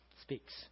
speaks